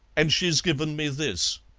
and she's given me this.